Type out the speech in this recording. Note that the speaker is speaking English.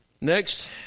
Next